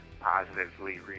positively